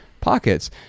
pockets